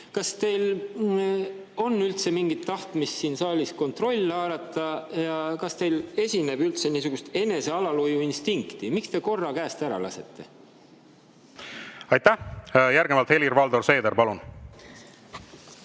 kas teil on üldse mingit tahtmist siin saalis kontrolli haarata? Ja kas teil esineb üldse niisugust enesealalhoiuinstinkti? Miks te korra käest ära lasete? Aitäh! Järgnevalt Helir-Valdor Seeder, palun!